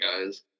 guys